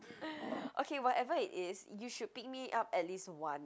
okay whatever it is you should pick me up at least once